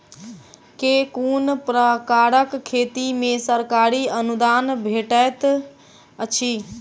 केँ कुन प्रकारक खेती मे सरकारी अनुदान भेटैत अछि?